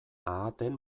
ahateen